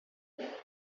اونجوری